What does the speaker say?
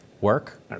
work